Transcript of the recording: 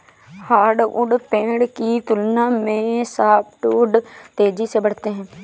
hardwood पेड़ की तुलना में सॉफ्टवुड तेजी से बढ़ते हैं